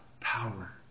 power